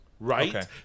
right